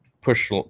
push